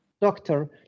doctor